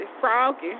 froggy